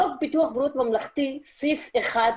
חוק ביטוח בריאות ממלכתי, סעיף 1,